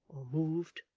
or moved,